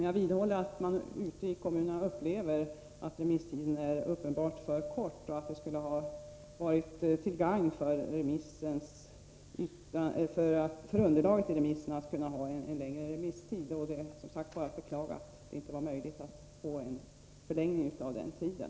Jag vidhåller att man ute i kommunerna upplever att remisstiden uppenbart är för kort, och att det skulle ha varit till gagn för underlaget för den kommande lagstiftningen med en längre remisstid. Det är bara att beklaga att det inte var möjligt att få en förlängning av tiden.